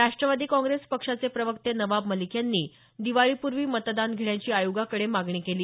राष्ट्रवादी काँग्रेस पक्षाचे प्रवक्ते नवाब मलिक यांनी दिवाळीपूर्वी मतदान घेण्याची आयोगाकडे मागणी केली